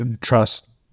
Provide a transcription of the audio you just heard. trust